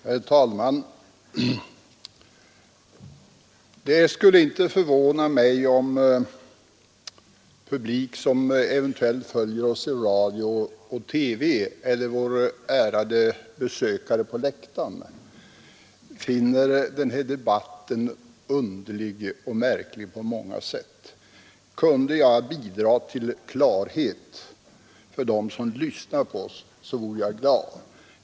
Herr talman! Det skulle inte förvåna mig om den publik som eventuellt följer denna debatt i radio och TV eller våra ärade besökare på läktaren finner denna debatt underlig på många sätt. Kunde jag bidra till att skapa klarhet för dem som lyssnar på oss vore jag glad.